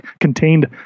contained